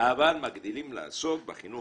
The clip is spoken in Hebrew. אבל מגדילים לעשות בחינוך